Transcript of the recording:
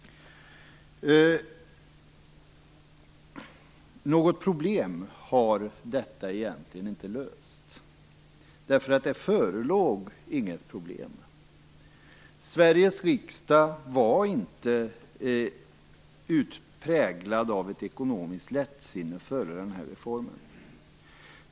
Något problem har detta egentligen inte löst, eftersom något problem inte förelåg. Sveriges riksdag var inte präglad av ett ekonomiskt lättsinne före denna reform.